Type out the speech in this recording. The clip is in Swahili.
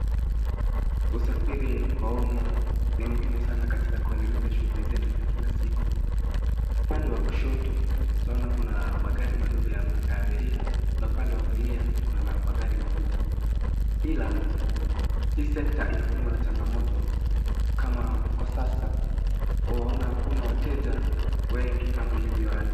Usafiri wa umma ni muhimu sana katika kuendeleza shughuli zetu za kila siku. Upande wa kushoto, utaona kuna magari madogo ya abiria na upande wa kuliakuna magari makubwa. Ila, hii sekta inakumbwa na changamoto. Kama kwa sasa, waona hakuna wateja wengi kama ilivyo awali.